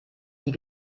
die